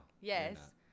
Yes